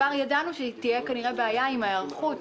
כבר ידענו שתהיה כנראה בעיה עם ההיערכות.